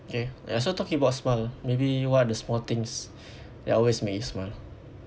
K ya so talking about smile maybe what are the small things that always make you smile